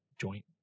joint